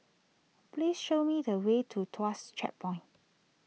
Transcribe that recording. please show me the way to Tuas Checkpoint